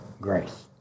grace